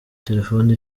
telefone